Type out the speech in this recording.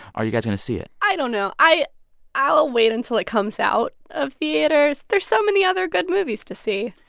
are you guys going to see it? i don't know. i'll ah wait until it comes out of theaters. there's so many other good movies to see.